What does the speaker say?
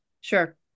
Sure